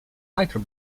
lighter